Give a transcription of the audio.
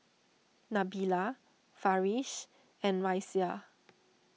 Nabila Farish and Raisya